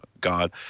God